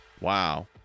wow